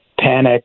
panic